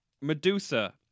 Medusa